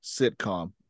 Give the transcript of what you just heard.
sitcom